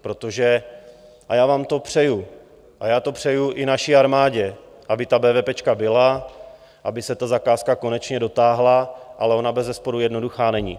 Protože, a já vám to přeju a já to přeju i naší armádě, aby ta bévépéčka byla, aby se ta zakázka konečně dotáhla, ale ona bezesporu jednoduchá není.